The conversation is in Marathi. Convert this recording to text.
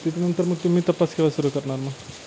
तिथे नंतर मग तुम्ही तपास केला सुरू करणार ना